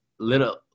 Little